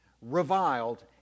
reviled